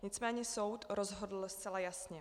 Nicméně soud rozhodl zcela jasně.